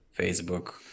facebook